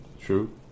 True